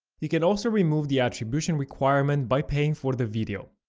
you can also remove the attribution requirement by paying for the video.